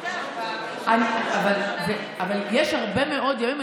מיוחד אבל יש הרבה מאוד ימים.